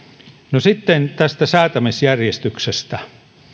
no sitten tästä säätämisjärjestyksestä